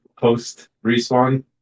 post-respawn